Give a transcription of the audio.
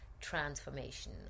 transformation